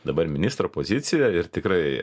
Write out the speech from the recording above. dabar ministro pozicijoj ir tikrai